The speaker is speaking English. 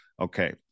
okay